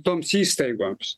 toms įstaigoms